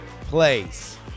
place